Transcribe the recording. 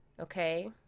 Okay